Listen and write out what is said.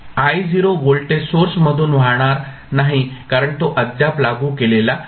I0 voltage source मधून वाहणार नाही कारण तो अद्याप लागू केलेला नाही